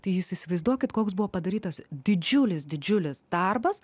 tai jūs įsivaizduokit koks buvo padarytas didžiulis didžiulis darbas